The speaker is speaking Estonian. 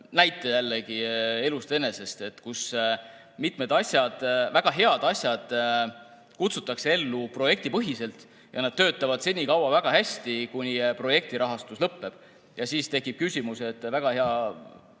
näite elust enesest: mitmed asjad, väga head asjad kutsutakse ellu projektipõhiselt ja nad töötavad senikaua väga hästi, kuni projektirahastus lõppeb. Siis tekib küsimus, kuidas selle